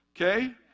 Okay